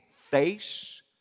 face